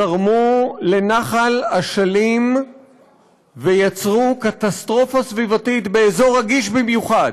זרמו לנחל אשלים ויצרו קטסטרופה סביבתית באזור רגיש במיוחד,